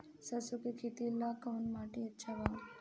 सरसों के खेती ला कवन माटी अच्छा बा?